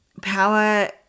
power